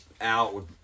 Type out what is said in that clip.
out